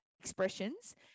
expressions